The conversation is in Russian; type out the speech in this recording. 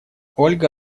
ольга